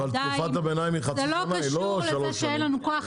אבל תקופת הביניים היא חצי שנה, היא לא שלוש שנים.